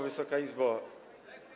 Wysoka Izbo!